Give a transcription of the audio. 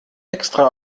extra